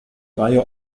reihe